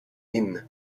inn